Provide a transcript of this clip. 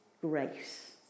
grace